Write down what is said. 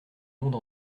monde